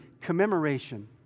commemoration